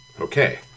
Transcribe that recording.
Okay